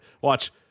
Watch